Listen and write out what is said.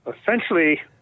Essentially